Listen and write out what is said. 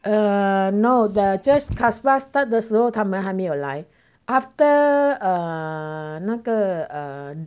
err no they're just carlsberg start 的时候他们还没有来 after err 那个 err